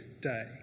day